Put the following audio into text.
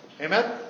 Amen